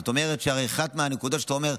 זאת אומרת שאחת מהנקודות שאתה אומר,